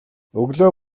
өглөө